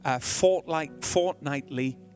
fortnightly